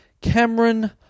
Cameron